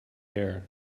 air